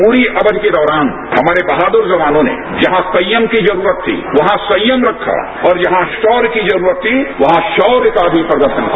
प्ररी के दौरान हमारे बहादुर जवानों ने जहां सयम की जरूरत थी वहां सयंम रखा और जहां शौर्य की जरूरत थी वहां शौर्य का भी प्रदर्शन किया